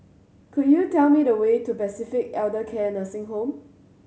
could you tell me the way to Pacific Elder Care Nursing Home